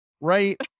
right